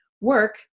work